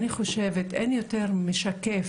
אני חושבת שאין יותר משקף